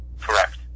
Correct